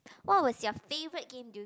what was your favourite game du~